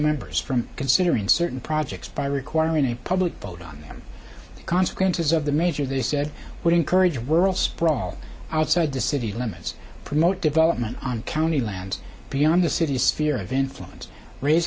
members from considering certain projects by requiring a public vote on them the consequences of the major they said would encourage world sprawl outside the city limits promote development on county lands beyond the city's fear of influence raise